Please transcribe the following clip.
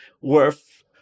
worth